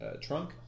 trunk